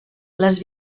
les